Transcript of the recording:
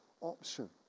option